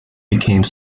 became